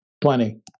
Plenty